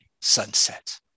sunset